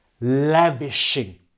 lavishing